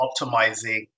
optimizing